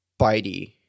Bitey